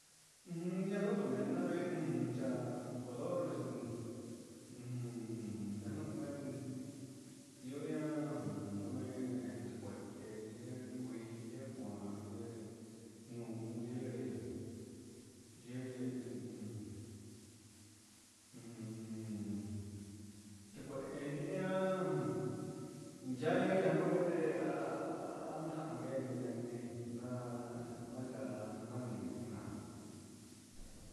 Ujun ñanutumena me'en chá color nganun ujun me'en ihó nguia mmm namen he tukueye kuii njiyakuan ye'e uun ye'e ye'e, ummm ujun ummm tukué iinan yayaña nguguete ihá ha ndajan nguengue, nguena'a naká nani nan.